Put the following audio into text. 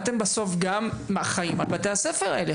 אתם בסוף גם אחראיים על בתי הספר האלה,